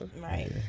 right